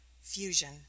Fusion